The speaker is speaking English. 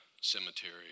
cemetery